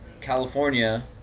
California